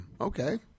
okay